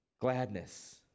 gladness